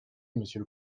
monsieur